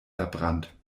verbrannt